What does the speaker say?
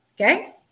Okay